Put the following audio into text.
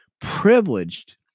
privileged